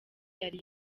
yari